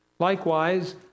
Likewise